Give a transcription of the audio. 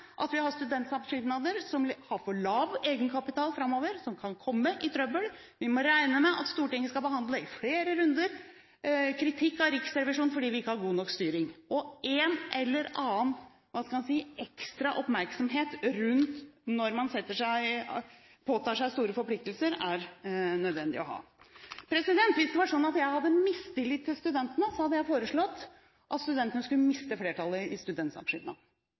at vi har studentsamskipnader som har for lav egenkapital framover, som kan komme i trøbbel. Vi må regne med at Stortinget i flere runder skal behandle kritikk fra Riksrevisjonen fordi vi ikke har god nok styring, og en eller annen – hva skal man si – ekstra oppmerksomhet rundt det å påta seg store forpliktelser er det nødvendig å ha. Hvis det var slik at jeg hadde mistillit til studentene, hadde jeg foreslått at studentene skulle miste flertallet i